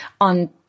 on